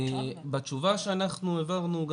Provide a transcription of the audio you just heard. בתשובה שאנחנו העברנו.